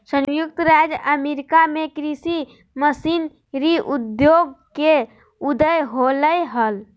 संयुक्त राज्य अमेरिका में कृषि मशीनरी उद्योग के उदय होलय हल